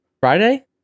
Friday